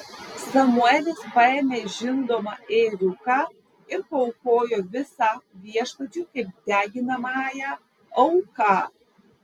samuelis paėmė žindomą ėriuką ir paaukojo visą viešpačiui kaip deginamąją auką